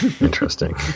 Interesting